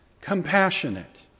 compassionate